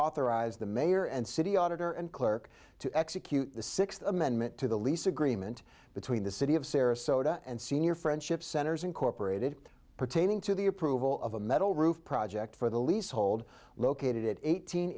authorize the mayor and city auditor and clerk to execute the sixth amendment to the lease agreement between the city of sarasota and senior friendship centers incorporated pertaining to the approval of a metal roof project for the leasehold located at eight